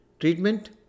Treatment